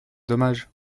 dommage